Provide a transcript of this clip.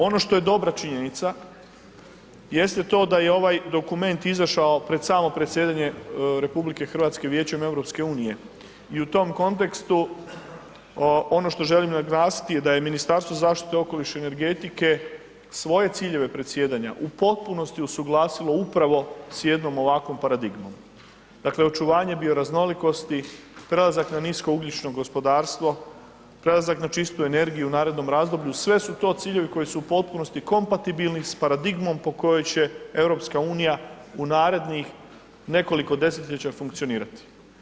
Ono što je dobra činjenica jeste to da je ovaj dokument izašao pred samo predsjedanje RH Vijećem EU i u tom kontekstu, ono što želim naglasiti je da je Ministarstvo zaštite okoliša i energetike svoje ciljeve predsjedanja u potpunosti usuglasilo upravo s jednom ovakvom paradigmom, dakle očuvanje bioraznolikosti, prelazak na niskougljično gospodarstvo, prelazak na čistu energiju u narednom razdoblju, sve su to ciljevi koji su u potpunosti kompatibilni s paradigmom po kojoj će EU u narednih nekoliko desetljeća funkcionirati.